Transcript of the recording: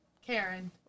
Karen